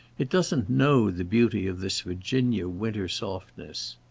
it doesn't know the beauty of this virginia winter softness.